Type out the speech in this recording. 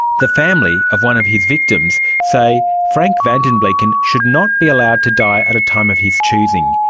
the family of one of his victims say frank van den bleeken should not be allowed to die at a time of his choosing,